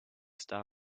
star